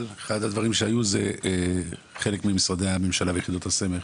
אחד הדברים שהיו זה שחלק ממשרדי הממשלה ויחידות הסמך